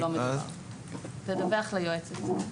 תדווח ליועצת.